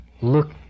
look